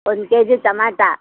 ಒಂದು K G tomato